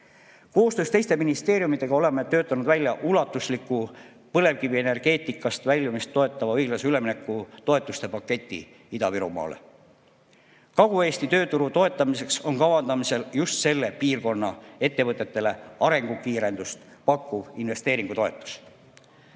Koostöös teiste ministeeriumidega oleme töötanud välja ulatusliku põlevkivienergeetikast väljumist toetava õiglase ülemineku toetuste paketi Ida‑Virumaale. Kagu-Eesti tööturu toetamiseks on kavandamisel just selle piirkonna ettevõtetele arengukiirendust pakkuv investeeringutoetus.